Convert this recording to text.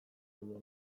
baino